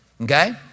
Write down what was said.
okay